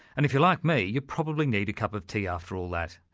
and if you're like me, you probably need a cup of tea after all that.